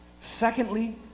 secondly